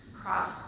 cross